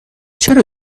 چرا